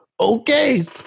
Okay